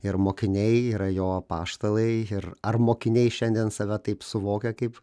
ir mokiniai yra jo apaštalai ir ar mokiniai šiandien save taip suvokia kaip